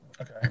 Okay